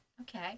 Okay